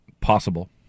Possible